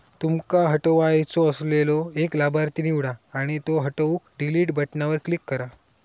तुमका हटवायचो असलेलो एक लाभार्थी निवडा आणि त्यो हटवूक डिलीट बटणावर क्लिक करा